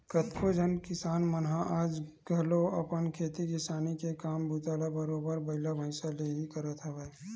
कतको झन किसान मन ह आज घलो अपन खेती किसानी के काम बूता ल बरोबर बइला भइसा ले ही करत हवय